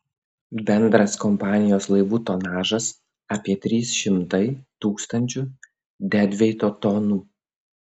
bendras kompanijos laivų tonažas apie trys šimtai tūkstančių dedveito tonų